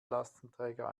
lastenträger